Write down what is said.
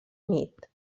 nit